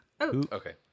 Okay